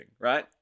right